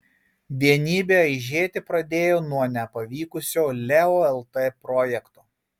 vienybė aižėti pradėjo nuo nepavykusio leo lt projekto